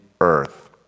earth